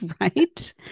Right